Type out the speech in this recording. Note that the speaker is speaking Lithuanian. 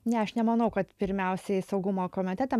ne aš nemanau kad pirmiausiai saugumo komitete